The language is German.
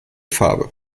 farbe